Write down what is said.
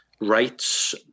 rights